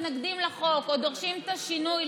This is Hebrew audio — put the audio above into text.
ברגע שאנחנו מתנגדים לחוק או דורשים את השינוי,